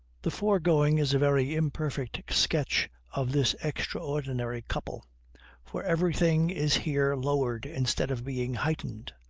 the foregoing is a very imperfect sketch of this extraordinary couple for everything is here lowered instead of being heightened.